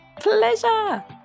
Pleasure